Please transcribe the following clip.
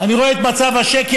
אני רואה את מצב השקל,